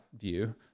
view